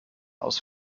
aus